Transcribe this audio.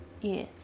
Yes